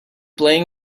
playing